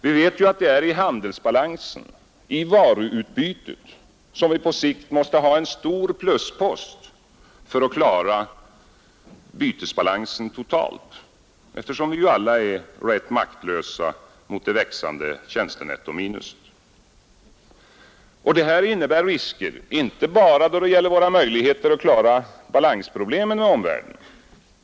Vi vet ju att det är i handelsbalansen — i varuutbytet — som vi på sikt måste ha en stor pluspost för att klara bytesbalansen totalt, eftersom vi ju alla är rätt maktlösa mot det växande tjänstenettominuset. Det innebär risker inte bara då det gäller våra möjligheter att klara balansproblemen mot omvärlden.